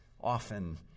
often